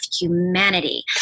humanity